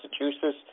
Massachusetts